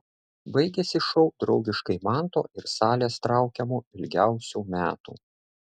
baigėsi šou draugiškai manto ir salės traukiamu ilgiausių metų